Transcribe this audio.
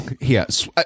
Yes